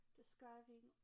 describing